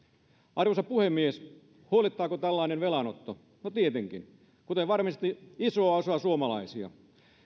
arvoisa puhemies huolettaako tällainen velanotto no tietenkin kuten varmasti isoa osaa suomalaisia